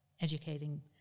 educating